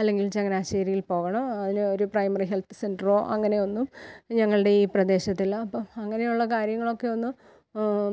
അല്ലെങ്കിൽ ചങ്ങനാശ്ശേരിയിൽ പോകണം അതിന് ഒരു പ്രൈമറി ഹെൽത്ത് സെന്ററൊ അങ്ങനെയൊന്നും ഞങ്ങളുടെ ഈ പ്രദേശത്തില്ല അപ്പം അങ്ങനെയുള്ള കാര്യങ്ങളൊക്കെ ഒന്ന്